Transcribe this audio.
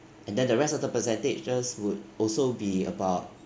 and then the rest of the percentages just would also be about